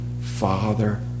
father